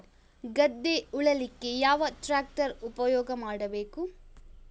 ಗದ್ದೆ ಉಳಲಿಕ್ಕೆ ಯಾವ ಟ್ರ್ಯಾಕ್ಟರ್ ಉಪಯೋಗ ಮಾಡಬೇಕು?